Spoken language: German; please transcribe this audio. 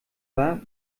war